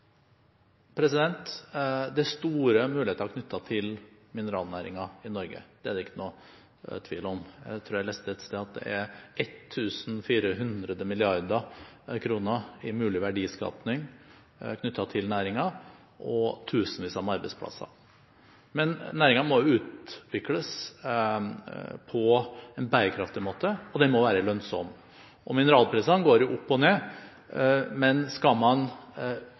Det er store muligheter knyttet til mineralnæringen i Norge, det er det ikke noen tvil om. Jeg tror jeg leste et sted at det er 1 400 mrd. kr i mulig verdiskaping knyttet til næringen, og tusenvis av arbeidsplasser. Men næringen må utvikles på en bærekraftig måte, og den må være lønnsom, og mineralprisene går opp og ned. Skal man